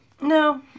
No